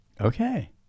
Okay